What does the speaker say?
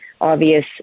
obvious